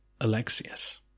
Alexius